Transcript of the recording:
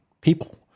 people